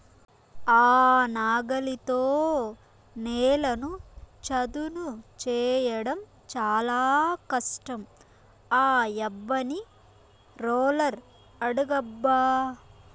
ఆ నాగలితో నేలను చదును చేయడం చాలా కష్టం ఆ యబ్బని రోలర్ అడుగబ్బా